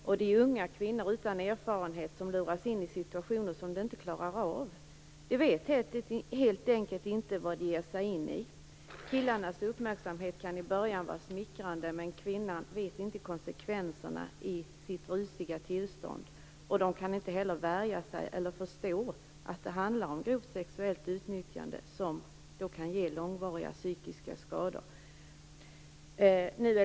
Det är unga kvinnor utan erfarenhet som luras in i situationer som de inte klarar av. De vet helt enkelt inte vad de ger sig in i. Killarnas uppmärksamhet kan i början vara smickrande, men kvinnan vet inte konsekvenserna i sitt rusiga tillstånd och kan inte heller värja sig eller förstå att det handlar om grovt sexuellt utnyttjande, som kan ge långvariga psykiska skador.